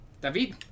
David